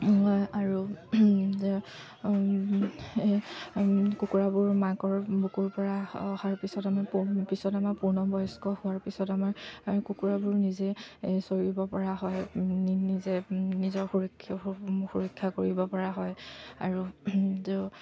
আৰু কুকুৰাবোৰ মাকৰ বুকুৰপৰা অহাৰ পিছত আমাৰ পিছত আমাৰ পূৰ্ণবয়স্ক হোৱাৰ পিছত আমাৰ কুকুৰাবোৰ নিজে চৰিবপৰা হয় নিজে নিজৰ সুৰক্ষা সুৰক্ষা কৰিবপৰা হয় আৰু